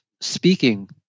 speaking